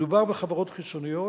מדובר בחברות חיצוניות,